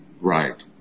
right